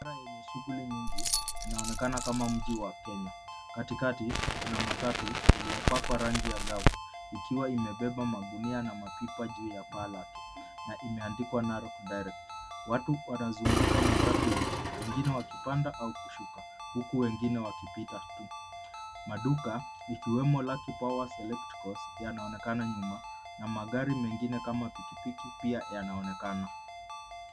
Biashara yenye shughuli nyingi inaonekana kama mji wa Kenya. Katikati kuna matatu iliyopakwa rangi angavu ikiwa imebeba magunia na mapipa juu ya paa lake na imeandikwa Narok Direct. Watu wanazunguka matatu hiyo, wengine wakipanda au kushuka, huku wengine wakipita tu. Maduka ikiwemo Lucky Power Select Cost yanaonekana nyuma na magari mengine kama pikipiki yanaonekana.